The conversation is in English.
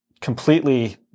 completely